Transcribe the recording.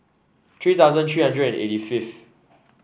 three thousand three hundred and eighty fifth